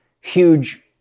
huge